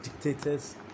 dictators